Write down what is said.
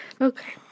okay